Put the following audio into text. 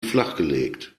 flachgelegt